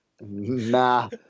Nah